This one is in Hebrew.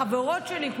וחברות שלי,